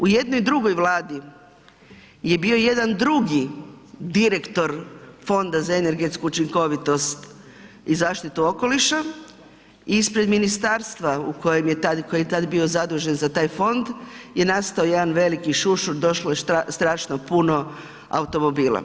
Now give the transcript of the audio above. U jednoj drugoj Vladi je bio jedan drugi direktor Fonda za energetsku učinkovitost i zaštitu okoliša ispred ministarstva u kojem je tad, koji je tad bio zadužen za taj fond je nastao jedan veliki šušur, došlo je strašno puno automobila.